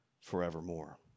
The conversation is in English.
forevermore